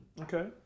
Okay